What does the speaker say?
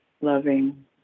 loving